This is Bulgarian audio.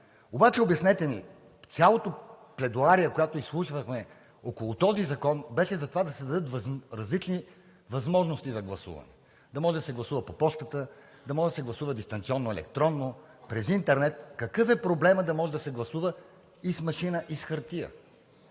Обаче обяснете ни: цялата пледоария, която изслушахме около този закон, беше за това да се дадат различни възможности за гласуване, да може да се гласува по пощата, да може да се гласува дистанционно, електронно, през интернет. Какъв е проблемът да може да се гласува и с машина, и с хартия?